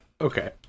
Okay